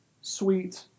sweet